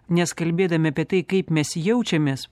nes kalbėdami apie tai kaip mes jaučiamės